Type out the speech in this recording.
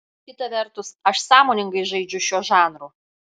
kita vertus aš sąmoningai žaidžiu šiuo žanru